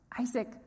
Isaac